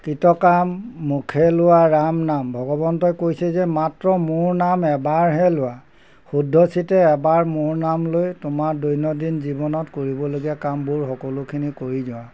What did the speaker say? কৃতকাম মুখে লোৱা ৰামনাম ভগৱন্তই কৈছে যে মাত্ৰ মোৰ নাম এবাৰহে লোৱা শুদ্ধচীতে এবাৰ মোৰ নাম লৈ তোমাৰ দৈনন্দিন জীৱনত কৰিবলগীয়া কামবোৰ সকলোখিনি কৰি যোৱা